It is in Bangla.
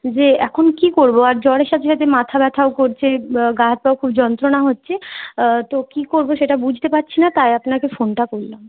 যে এখন কী করব আর জ্বরের সাথে সাথে মাথা ব্যথাও করছে গা হাত পাও খুব যন্ত্রণা হচ্ছে তো কী করব সেটা বুঝতে পারছি না তাই আপনাকে ফোনটা করলাম